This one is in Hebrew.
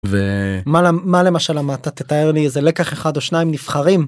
מה? מה למשל למדת? תתאר לי איזה לקח אחד או שניים נבחרים.